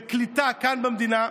בקליטה כאן במדינה?